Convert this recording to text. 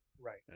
right